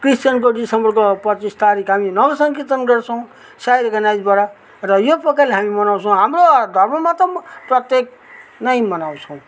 क्रिश्चियनको डिसेम्बरको पच्चिस तारिख हामी नवसँग कीर्तन गर्छौँ र यो प्रकारले हामी मनाउँछौँ हाम्रो धर्ममा त प्रत्येक नै मनाउँछौँ